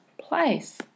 place